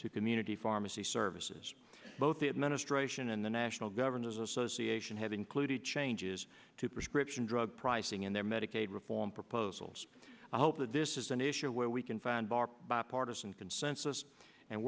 to community pharmacy services both the administration and the national governors association have included changes to prescription drug pricing and their medicaid reform proposals i hope that this is an issue where we can found our bipartisan consensus and